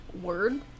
Word